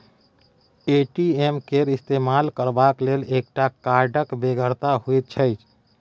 ATM केर इस्तेमाल करबाक लेल एकटा कार्डक बेगरता होइत छै